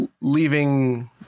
leaving